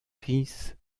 fils